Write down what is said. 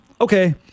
Okay